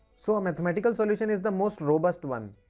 so a mathematical solution is the most robust one.